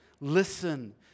Listen